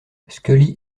scully